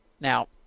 Now